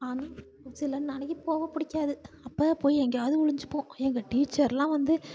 சில நாளைக்கு போக பிடிக்காது அப்போ போய் எங்கேயாவுது ஒளிஞ்சுப்போம் எங்கள் டீச்சரெலாம் வந்து